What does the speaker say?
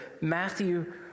Matthew